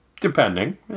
Depending